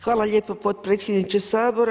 Hvala lijepo potpredsjedniče Sabora.